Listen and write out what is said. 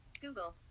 Google